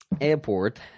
Airport